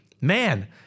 Man